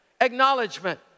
Acknowledgement